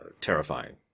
terrifying